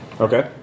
Okay